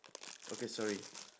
okay sorry